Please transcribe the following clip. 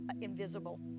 invisible